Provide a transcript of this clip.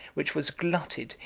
which was glutted,